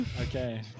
Okay